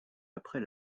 après